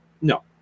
no